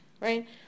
right